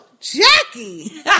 Jackie